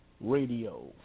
Radio